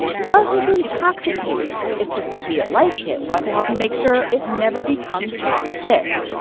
love is intoxicating. it's just that we at life kit want to help you make sure it never becomes toxic.